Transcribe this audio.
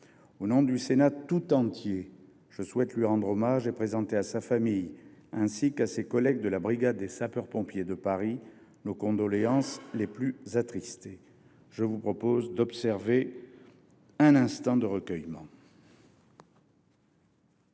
Au nom du Sénat tout entier, je souhaite lui rendre hommage et présenter à sa famille, ainsi qu’à ses collègues de la brigade des sapeurs pompiers de Paris, nos condoléances les plus attristées. Je vous propose d’observer un moment de recueillement.